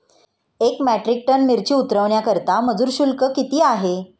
एक metric ton मिरची उतरवण्याकरता मजुर शुल्क किती आहे?